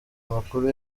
amakuru